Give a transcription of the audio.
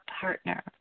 partner